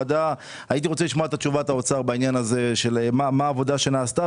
הייתי רוצה לשמוע את תשובת האוצר בעניין הזה של מה העבודה שנעשתה